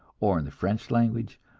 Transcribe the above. or in the french language,